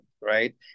Right